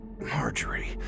marjorie